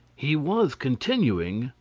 he was continuing,